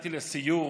ויצאתי לסיור